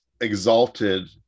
exalted